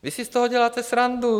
Vy si z toho děláte srandu.